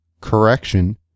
correction